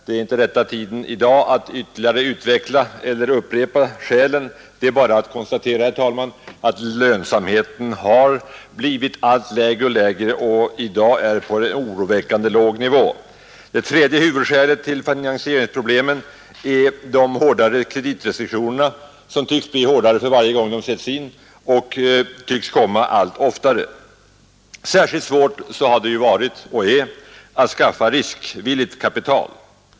Det är inte rätta tiden i dag att ytterligare utveckla eller upprepa skälen. Det är bara att konstatera, herr talman, att lönsamheten har blivit allt lägre och lägre och att den i dag är på en oroväckande låg nivå. Det tredje huvudskälet till finansieringsproblemen är de hårda kreditrestriktionerna, som tycks bli hårdare för varje gång de sätts in och tycks komma allt oftare. Särskilt svårt har det ju varit och är att skaffa riskvilligt kapital.